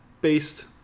based